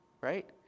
right